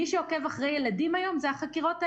מי שעוקב אחרי ילדים היום זה החקירות האנושיות,